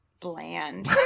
bland